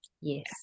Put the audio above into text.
yes